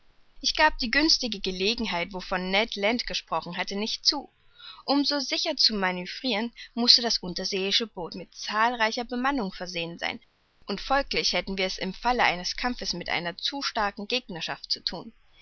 ich gab die günstigen gelegenheiten wovon ned land gesprochen hatte nicht zu um so sicher zu manövriren mußte das unterseeische boot mit zahlreicher bemannung versehen sein und folglich hätten wir es im falle eines kampfes mit einer zu starken gegnerschaft zu thun